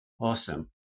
Awesome